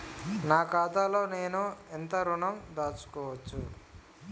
నా ఖాతాలో నేను ఎంత ఋణం దాచుకోవచ్చు?